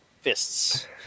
fists